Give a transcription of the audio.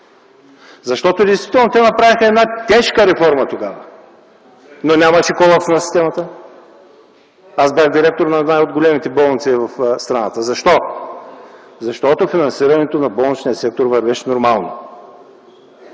Защото действително те направиха една тежка реформа тогава, но нямаше колапс на системата. Аз бях директор на една от най-големите болници в страната. Защо? Защото финансирането на болничния сектор вървеше нормално.